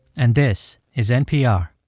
and this is npr